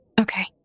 Okay